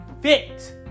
fit